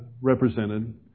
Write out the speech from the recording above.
represented